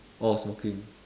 oh smoking